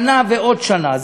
שנה ועוד שנה,